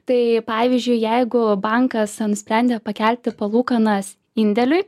tai pavyzdžiui jeigu bankas nusprendė pakelti palūkanas indėliui